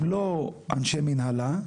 הם לא אנשי מנהלה,